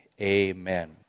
amen